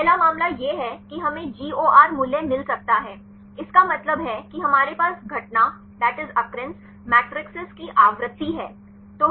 पहला मामला यह है कि हमें GOR मूल्य मिल सकता है इसका मतलब है कि हमारे पास घटना मेट्रिसेस की आवृत्ति है